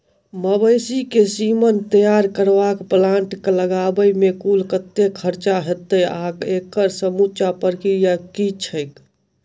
मवेसी केँ सीमन तैयार करबाक प्लांट लगाबै मे कुल कतेक खर्चा हएत आ एकड़ समूचा प्रक्रिया की छैक?